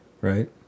Right